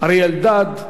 אריה אלדד,